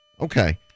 Okay